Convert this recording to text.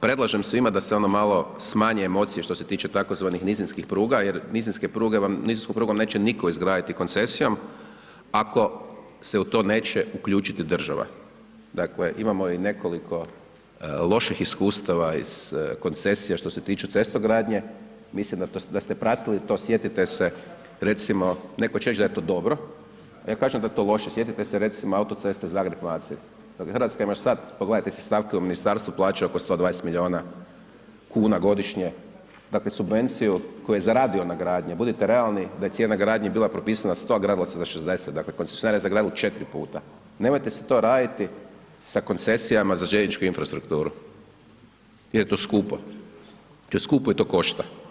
predlažem svima da se ono malo smanje emocije što se tiče tzv. nizinskih pruga jer nizinske pruge vam, nizinsku prugu neće nitko izgraditi koncesijom ako se u to neće uključit država, dakle, imamo i nekoliko loših iskustava iz koncesija što se tiču cestogradnje, mislim da ste pratili to, sjetite se, recimo, netko će reć da je to dobro, ja kažem da je to loše, sjetite se recimo autoceste Zagreb-Macelj, RH ima još sad, pogledajte si stavke u ministarstvu plaće oko 120 milijuna kuna godišnje, dakle, subvenciju koju je zaradio na gradnji, budite realni da je cijena gradnje bila propisana 100, a gradilo se za 60, dakle,… [[Govornik se ne razumije]] četiri puta, nemojte si to raditi sa koncesijama za željezničku infrastrukturu jer je to skupo, to je skupo i to košta.